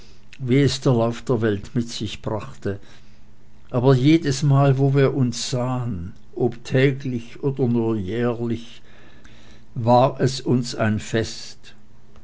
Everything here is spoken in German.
wie es der lauf der welt mit sich brachte aber jedesmal wo wir uns sahen ob täglich oder nur jährlich war es uns ein fest